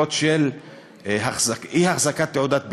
בעבירות של אי-החזקת תעודת ביטוח.